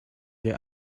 get